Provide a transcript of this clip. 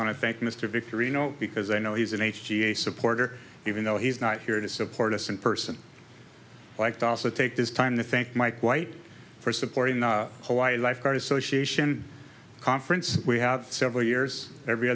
want to thank mr victory no because i know he's an h g a supporter even though he's not here to support us in person like to also take his time the thank mike white for supporting the hawaii lifeguard association conference we have several years every